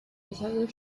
michael